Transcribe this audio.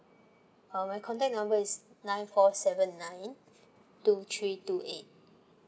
uh my contact number is nine four seven nine two three two eight